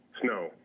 Snow